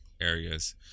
areas